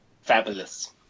fabulous